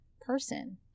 person